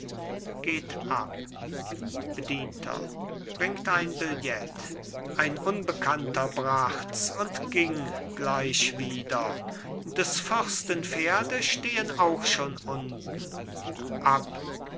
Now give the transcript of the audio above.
geht ab bedienter bringt ein billet ein unbekannter brachts und ging gleich wieder des fürsten pferde stehen auch schon unten ab